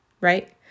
right